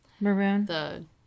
Maroon